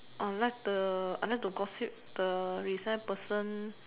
or like the like to gossip the resign person